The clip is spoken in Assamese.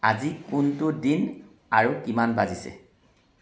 আজি কোনটো দিন আৰু কিমান বাজিছে